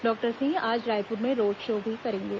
doctor Singh आज रायपुर में road show भी करेंगे